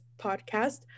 podcast